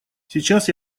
сейчас